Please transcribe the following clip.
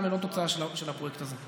הם לא תוצאה של הפרויקט הזה.